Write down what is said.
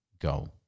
go